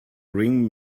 ring